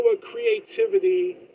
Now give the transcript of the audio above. creativity